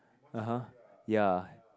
(uh huh) ya